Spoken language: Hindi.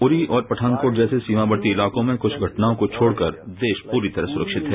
उरी और पठानकोट जैसे सीमावर्ती इलाकों में क्छ घटनाओं को छोड़कर देग्न पूरी तरह सुरक्षित है